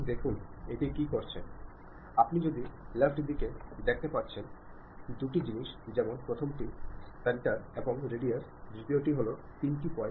തീർച്ചയായും വ്യത്യസ്ത ആളുകളുമായി വ്യത്യസ്ത തലങ്ങളിൽ ആശയവിനിമയം നടത്തണം ചിലപ്പോൾ ഉയർന്ന സ്ഥാനങ്ങളിൽ ഉള്ളവരുമായി അല്ലെങ്കിൽ പ്രായത്തിൽ മുതിർന്ന ആളുകളുമായിട്ടായിരിക്കും